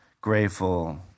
grateful